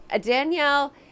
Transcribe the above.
danielle